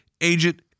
agent